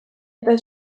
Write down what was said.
eta